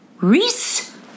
Reese